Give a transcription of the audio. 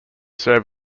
serve